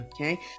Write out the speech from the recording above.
Okay